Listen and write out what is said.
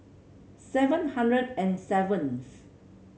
seven hundred and seventh